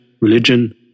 religion